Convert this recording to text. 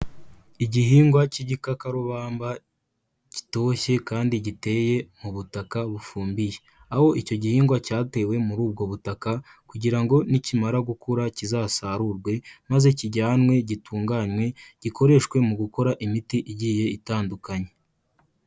Igihingwa cy'igikakarubamba gitoshye kandi giteye mu butaka bufumbiye. Aho icyo gihingwa cyatewe muri ubwo butaka kugira ngo nikimara gukura kizasarurwe, maze kijyanwe, gitunganywe, gikoreshwe mu gukora imiti igiye itandukanye.